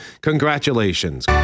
Congratulations